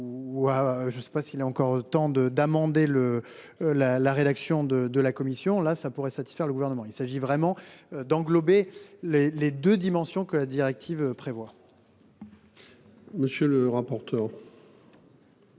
Ou je sais pas s'il est encore temps de d'amender le. La, la rédaction de de la commission là ça pourrait satisfaire le gouvernement il s'agit vraiment d'englober les les 2 dimensions que la directive prévoit.-- Monsieur le rapporteur.--